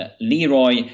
Leroy